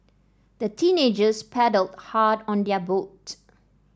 the teenagers paddled hard on their boat